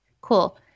Cool